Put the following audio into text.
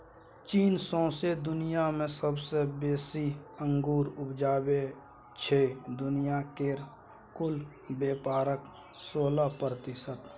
चीन सौंसे दुनियाँ मे सबसँ बेसी अंगुर उपजाबै छै दुनिया केर कुल बेपारक सोलह प्रतिशत